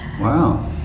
wow